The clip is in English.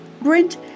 Brent